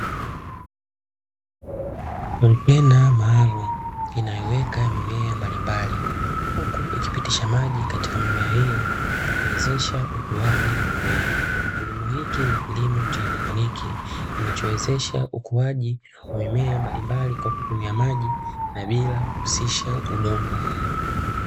Ndoo maalumu inayoweka mimea mbalimbali huku ikipitisha maji katika mimea hiyo kuwezesha ukuaji wa mimea, kilimo hiki ni kilimo cha hydroponiki kinazowezesha ukuaji wa mimea mbalimbali kwa kutumia maji na bila kuhusisha udongo.